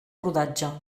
rodatge